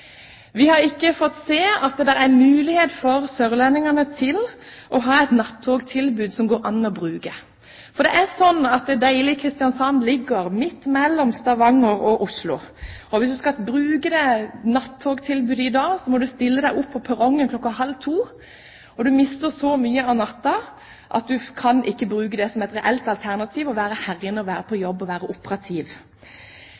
Vi har ikke sett et nattogtilbud for sørlendinger som det går an å bruke. Deilige Kristiansand ligger midt mellom Stavanger og Oslo. Hvis du skal bruke nattogtilbudet i dag må du stille deg opp på perrongen kl. 01.30. Du mister så mye av natten at du ikke kan bruke det som et reelt alternativ for å være her inne på jobb og være operativ. Det betyr at vi må få tilbake tilbudet med en vogn som kan stå på